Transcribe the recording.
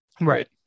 right